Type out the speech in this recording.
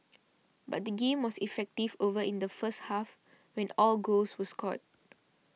but the game was effective over in the first half when all goals were scored